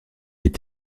est